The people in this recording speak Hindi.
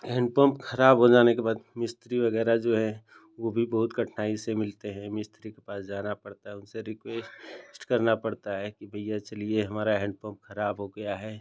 हैन्डपम्प खराब हो जाने के बाद मिस्त्री वग़ैरह जो है वह भी बहुत कठिनाई से मिलते हैं मिस्त्री के पास जाना पड़ता है उनसे रिक्वेस्ट करना पड़ता है कि भैया चलिए हमरा हैन्डपम्प खराब हो गया है